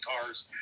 cars